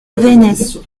veynes